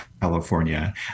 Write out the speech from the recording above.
California